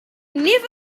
never